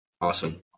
awesome